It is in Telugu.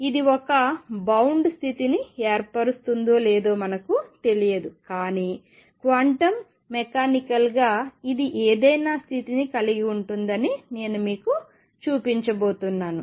ఇది ఒక బౌండ్ స్థితిని ఏర్పరుస్తుందో లేదో మనకు తెలియదు కానీ క్వాంటం మెకానికల్ గా ఇది ఏదైనా స్థితిని కలిగి ఉంటుందని నేను మీకు చూపించబోతున్నాను